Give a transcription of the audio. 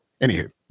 Anywho